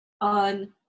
on